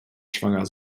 schwanger